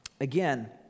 Again